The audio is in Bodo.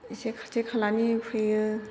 एसे खाथि खालानि फैयो